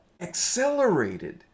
accelerated